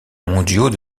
mondiaux